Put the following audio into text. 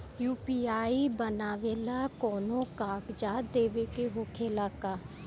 UPI बनावेला कौनो कागजात देवे के होखेला का?